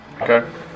okay